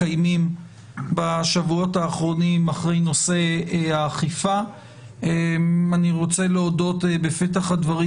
אנחנו מקיימים דיון שכותרתו ישיבת מעקב אחר מדיניות האכיפה של משרד